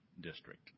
district